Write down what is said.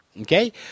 okay